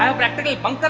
um practicals of